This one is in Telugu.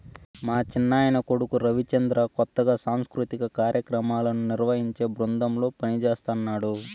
మా చిన్నాయన కొడుకు రవిచంద్ర కొత్తగా సాంస్కృతిక కార్యాక్రమాలను నిర్వహించే బృందంలో పనిజేస్తన్నడు